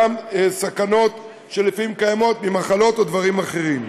סכנות שלפעמים קיימות ממחלות או דברים אחרים.